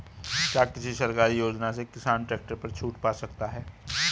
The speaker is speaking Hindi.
क्या किसी सरकारी योजना से किसान ट्रैक्टर पर छूट पा सकता है?